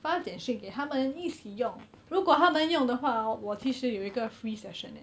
发简讯给他们一起用如果他们用的话 orh 我其实有一个 free session eh